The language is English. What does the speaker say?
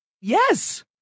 Yes